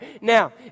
Now